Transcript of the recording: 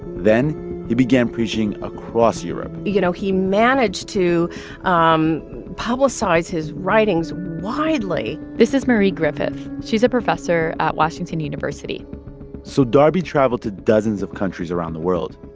then he began preaching across europe you know, he managed to um publicize his writings widely this is mary griffith. she's a professor at washington university so darby traveled to dozens of countries around the world.